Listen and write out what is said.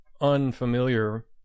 unfamiliar